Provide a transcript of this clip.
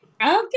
okay